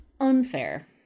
unfair